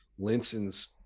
Linson's